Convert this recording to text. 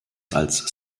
als